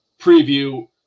preview